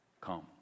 come